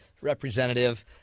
representative